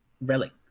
Relic